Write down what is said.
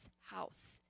house